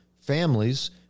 families